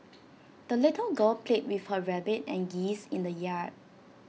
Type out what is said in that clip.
the little girl played with her rabbit and geese in the yard